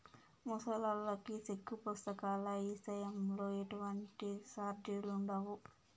ముసలాల్లకి సెక్కు పుస్తకాల ఇసయంలో ఎటువంటి సార్జిలుండవు